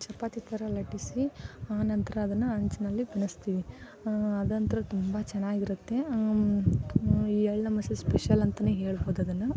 ಚಪಾತಿ ಥರ ಲಟ್ಟಿಸಿ ಆನಂತರ ಅದನ್ನು ಹೆಂಚಿನಲ್ಲಿ ಬಳಸ್ತೀವಿ ಅದೊಂಥರ ತುಂಬ ಚೆನ್ನಾಗಿರುತ್ತೆ ಈ ಎಳ್ಳಮ್ವಾಸ್ಯೆ ಸ್ಪೆಷಲ್ ಅಂತಲೇ ಹೇಳ್ಬೋದು ಅದನ್ನು